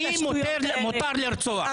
לימור סון הר מלך (עוצמה יהודית): << דובר >> מה הקשר?